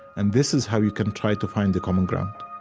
and this is how you can try to find the common ground